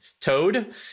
Toad